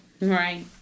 Right